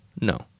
no